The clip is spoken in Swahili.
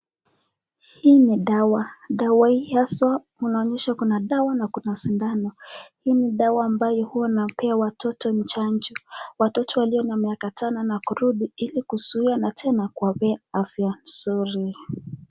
Hii ni dawa , dawa hii haswa inaonyesha kuna dawa na Kuna sindano hii ni dawa ambao huwa napewa watoto chanjo, watoto waliyo na miaka tana na kurudi hili kuzuia na tena kwapea afy nzuri.